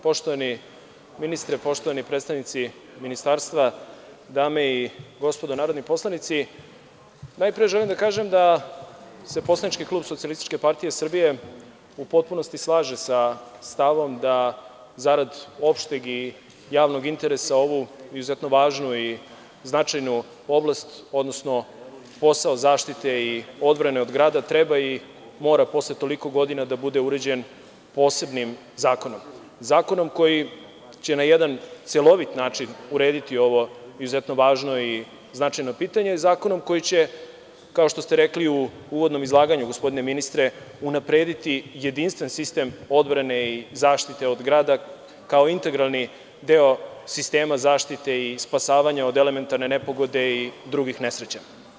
Poštovani ministre, poštovani predstavnici ministarstva, dame i gospodo narodni poslanici, najpre želim da kažem da se poslanički klub SPS u potpunosti slaže sa stavom da zarad opšteg i javnog interesa ovu izuzetno važnu i značajnu oblast, odnosno posao zaštite i odbrane od grada treba i mora posle toliko godina da bude uređen posebnim zakonom, zakonom koji će na jedan celovit način urediti ovo izuzetno važno i značajno pitanje, zakonom koji će kao što ste rekli u uvodnom izlaganju, gospodine ministre, unaprediti jedinstven sistem odbrane i zaštite od grada, kao integralni deo sistema zaštite i spasavanja od elementarne nepogode i drugih nesreća.